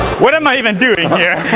what am i even doing here?